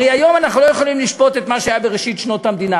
הרי היום אנחנו לא יכולים לשפוט את מה שהיה בראשית שנות המדינה,